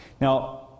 Now